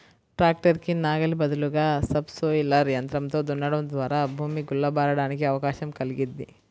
tractor కి నాగలి బదులుగా సబ్ సోయిలర్ యంత్రంతో దున్నడం ద్వారా భూమి గుల్ల బారడానికి అవకాశం కల్గిద్ది